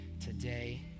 today